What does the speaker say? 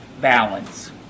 balance